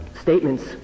statements